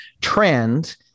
trend